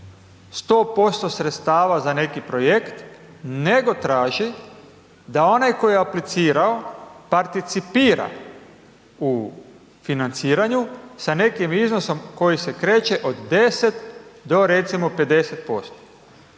100% sredstava za neki projekt, nego traži da onaj koji je aplicirao, participira u financiranju sa nekim iznosom koji se kreće od 10 do recimo 50%